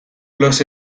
los